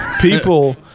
people